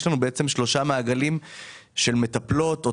יש לנו בעצם שלושה מעגלים של מטפלות או